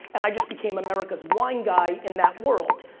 and i just became america's wine guy in that world.